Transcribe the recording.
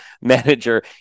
manager